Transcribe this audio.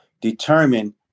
determine